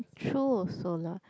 true also lah